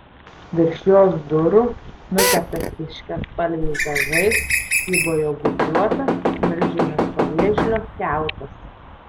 virš jos durų nuteptas ryškiaspalviais dažais kybojo gūbriuotas milžiniško vėžlio kiautas